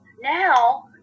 now